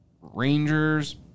Rangers